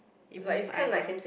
it womb either